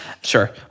Sure